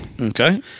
Okay